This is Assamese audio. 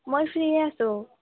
মই ফ্ৰীয়ে আছোঁ